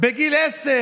אתה היחיד שמצליח